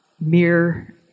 mere